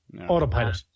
Autopilot